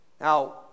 Now